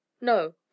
no